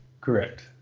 Correct